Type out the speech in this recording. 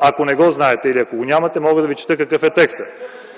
Ако не знаете или ако нямате чл. 71, мога да ви прочета какъв е текстът.